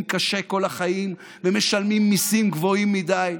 קשה כל החיים ומשלמים מיסים גבוהים מדי,